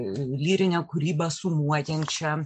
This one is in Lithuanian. lyrinę kūrybą sumuojančia